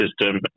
system